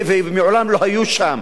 ומעולם לא היו שם.